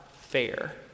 fair